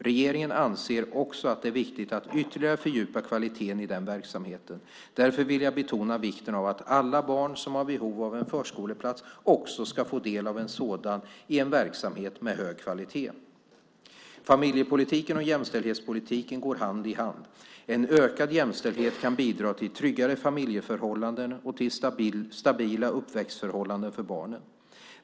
Regeringen anser också det viktigt att ytterligare fördjupa kvaliteten i den verksamheten. Därför vill jag betona vikten av att alla barn som har behov av en förskoleplats också ska få ta del av en sådan i en verksamhet med hög kvalitet. Familjepolitiken och jämställdhetspolitiken går hand i hand. En ökad jämställdhet kan bidra till tryggare familjeförhållanden och till stabila uppväxtförhållanden för barnen.